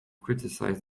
criticized